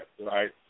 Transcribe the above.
right